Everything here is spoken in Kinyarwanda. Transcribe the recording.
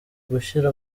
gushyira